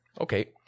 Okay